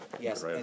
Yes